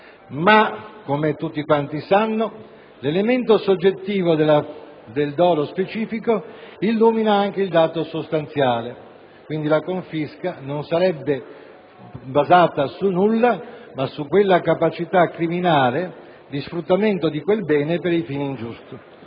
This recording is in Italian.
ma - come tutti quanti sanno - l'elemento soggettivo del dolo specifico illumina anche il dato sostanziale. Quindi, la confisca non sarebbe basata su nulla, ma su quella capacità criminale di sfruttamento di quel bene per il fine ingiusto.